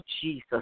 Jesus